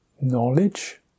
knowledge